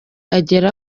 agera